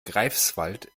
greifswald